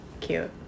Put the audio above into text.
Cute